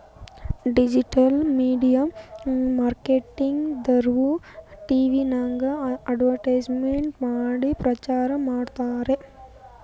digital media marketing ದವ್ರು ಟಿವಿನಾಗ್ advertisement ಮಾಡಿ ಪ್ರಚಾರ್ ಮಾಡ್ತಾರ್